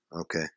Okay